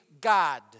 God